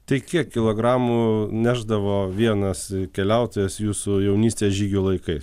tai kiek kilogramų nešdavo vienas keliautojas jūsų jaunystės žygių laikais